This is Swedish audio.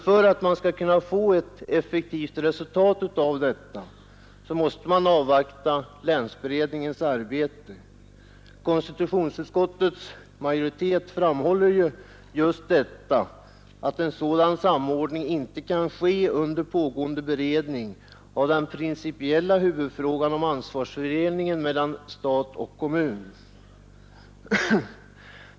För att man skall kunna få ett effektivt resultat av detta måste man emellertid avvakta länsberedningens arbete. Konstitutionsutskottets majoritet framhåller just att en sådan samordning inte kan ske under pågående beredning av den principiella huvudfrågan om ansvarsfördelningen mellan stat och kommun.